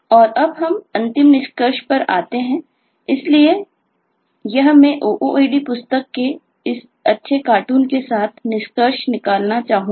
और अब हम अंतिम निष्कर्ष पर आते हैं इसलिए यह मैं OOAD पुस्तक के इस अच्छे कार्टून के साथ निष्कर्ष निकालना चाहूंगा